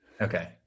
Okay